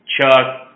Chuck